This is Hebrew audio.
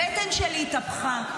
הבטן שלי התהפכה,